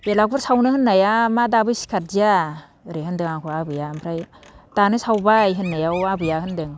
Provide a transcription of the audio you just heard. बेलागुर सावनो होननाया मा दाबो सिखारदिया ओरै होनदों आंखौ आबैया ओमफ्राय दानो सावबाय होननायाव आबैया होनदों